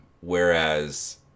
whereas